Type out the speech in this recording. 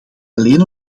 alleen